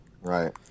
Right